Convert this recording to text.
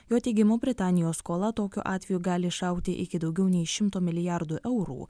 jo teigimu britanijos skola tokiu atveju gali išaugti iki daugiau nei šimto milijardų eurų